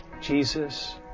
Jesus